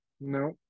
no